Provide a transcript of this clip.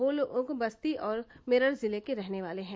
वे लोग बस्ती और मेरठ जिले के रहने वाले हैं